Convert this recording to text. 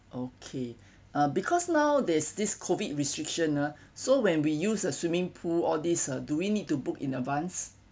okay uh because now there's this COVID restriction ah so when we use a swimming pool all this uh do we need to book in advance